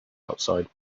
outside